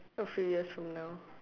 a few years from now